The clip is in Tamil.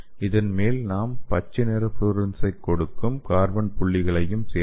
இதன் மேல் நாம் பச்சை நிற ஃப்ளோரசன்ஸைக் கொடுக்கும் கார்பன் புள்ளிகளையும் சேர்க்கலாம்